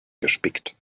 gespickt